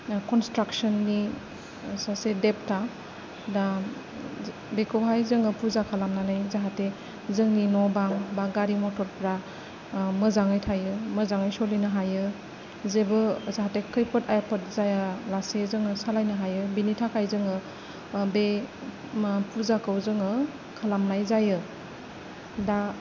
कनस्ट्राकसननि सासे देबथा दा बेखौहाय जोङो फुजा खालामनानै जाहाथे जोंनि न' बां बा गारि मथरफोरा मोजाङै थायो मोजाङै सलिनो हायो जेबो जाहाथे खैफोद आफोद जायालासे जोङो सालायनो हायो बेनि थाखाय जोङो बे फुजाखौ जोङो खालामनाय जायो दा